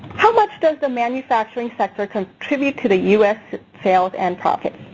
how much does the manufacturing sector contribute to the us sales and profits?